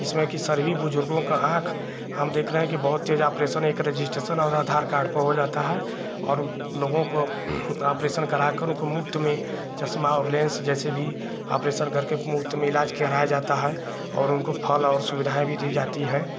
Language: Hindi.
जिसमें कि सभी बुज़ुर्गों की आँख हम देख रहे हैं कि बहुत तेज ऑपरेशन एक रजिस्ट्रेशन और आधार कार्ड पर हो जाता है और लोगों को ऑपरेशन कराकर उनको मुफ़्त में चश्मा और लेन्स जैसे भी ऑपरेशन करके मुफ़्त में इलाज़ कराया जाता है और उनको फल और सुविधाएँ भी दी जाती हैं